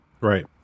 Right